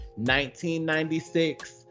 1996